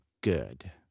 good